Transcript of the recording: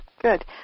Good